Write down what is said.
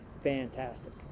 fantastic